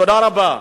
תודה רבה.